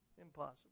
Impossible